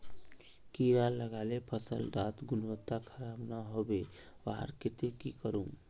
कीड़ा लगाले फसल डार गुणवत्ता खराब ना होबे वहार केते की करूम?